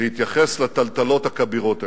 להתייחס לטלטלות הכבירות האלה.